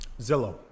Zillow